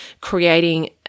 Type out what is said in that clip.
creating